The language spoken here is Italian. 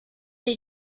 dei